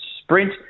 Sprint